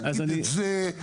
להגיד את זה,